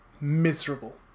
miserable